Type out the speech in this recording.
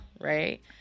right